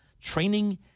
training